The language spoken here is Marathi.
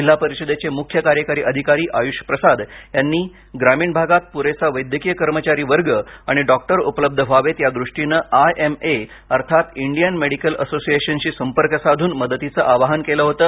जिल्हा परिषदेचे मूख्य कार्यकारी अधिकारी आय्ष प्रसाद यांनी ग्रामीण भागात पूरेसा वैद्यकीय कर्मचारी वर्ग आणि डॉक्टर उपलब्ध व्हावेत याद्रष्टीनं आय एम ए अर्थात इंडियन मेडिकल असोसिअशनशी संपर्क साधून मदतीचं आवाहन केलं होतं